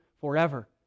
forever